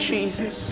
Jesus